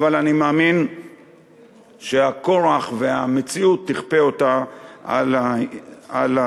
אבל אני מאמין שהכורח והמציאות יכפו אותה על הממשל.